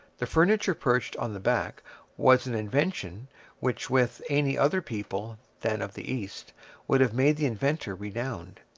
the furniture perched on the back was an invention which with any other people than of the east would have made the inventor renowned.